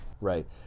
right